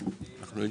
לומר,